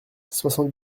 soixante